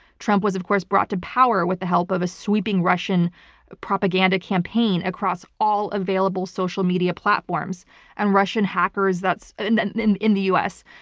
trump was, of course, brought to power with the help of a sweeping russian propaganda campaign across all available social media platforms. and russian hackers. that's and and in in the us.